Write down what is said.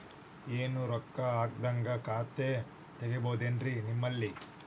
ಏನು ರೊಕ್ಕ ಹಾಕದ್ಹಂಗ ಖಾತೆ ತೆಗೇಬಹುದೇನ್ರಿ ನಿಮ್ಮಲ್ಲಿ?